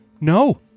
No